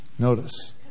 Notice